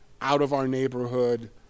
out-of-our-neighborhood